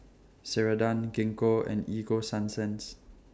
Ceradan Gingko and Ego Sunsense